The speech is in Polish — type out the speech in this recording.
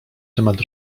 temat